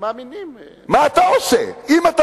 הם מאמינים.